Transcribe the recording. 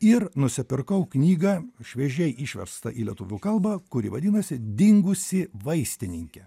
ir nusipirkau knygą šviežiai išverstą į lietuvių kalbą kuri vadinasi dingusi vaistininkė